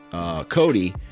Cody